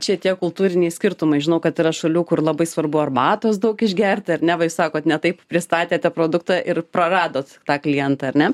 čia tie kultūriniai skirtumai žinau kad yra šalių kur labai svarbu arbatos daug išgerti ar ne va jūs sakot ne taip pristatėte produktą ir praradot tą klientą ar ne